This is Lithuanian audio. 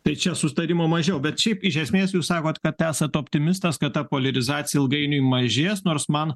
tai čia sutarimo mažiau bet šiaip iš esmės jūs sakote kad esate optimistas kad ta poliarizacija ilgainiui mažės nors man